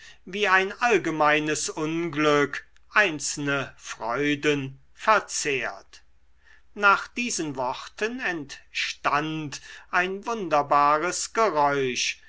wie ein allgemeines unglück einzelne freuden verzehrt nach diesen worten entstand ein wunderbares geräusch